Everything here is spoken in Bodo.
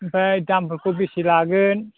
ओमफ्राय दामफोरखौ बेसे लागोन